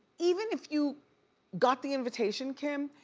even if you got the invitation, kim,